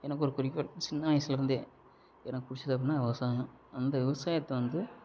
எனக்கு ஒரு குறிக்கோள் சின்ன வயசுலிருந்தே எனக்கு பிடிச்சது அப்படினா விவசாயம் அந்த விவசாயத்தை வந்து